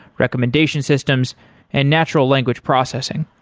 recommendation systems and natural language processing,